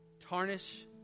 tarnish